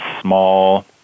small